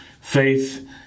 faith